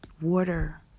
water